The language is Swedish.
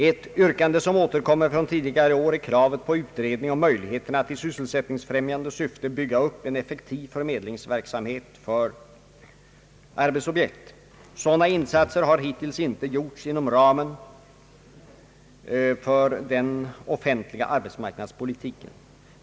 Ett yrkande som återkommer från tidigare år är kravet på utredning om möjligheterna att i sysselsättningsutjämnande syfte bygga upp en effektiv förmedlingsverksamhet för arbetsobjekt. Sådana insatser har hittills inte gjorts inom ramen för den offentliga arbetsmarknadspolitiken.